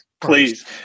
please